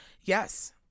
yes